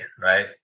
right